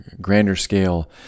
grander-scale